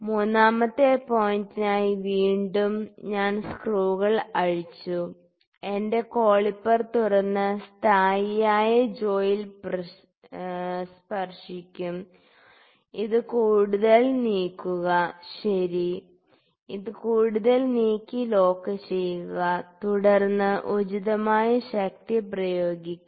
മൂന്നാമത്തെ പോയിന്റിനായി വീണ്ടും ഞാൻ സ്ക്രൂകൾ അഴിച്ചു എന്റെ കോളിപ്പർ തുറന്ന് സ്ഥായിയായ ജോയിൽ സ്പർശിക്കും ഇത് കൂടുതൽ നീക്കുക ശരി ഇത് കൂടുതൽ നീക്കി ലോക്ക് ചെയ്യുക തുടർന്ന് ഉചിതമായ ശക്തി പ്രയോഗിക്കുക